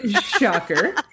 Shocker